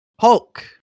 Hulk